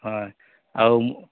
হয় আৰু